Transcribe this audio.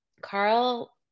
Carl